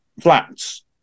flats